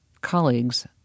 colleagues